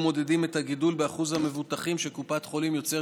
אנו מודדים את הגידול באחוז המבוטחים שקופת חולים יוצרת